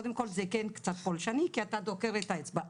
קודם כל זה כן קצת פולשני כי אתה דוקר את האצבע,